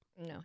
No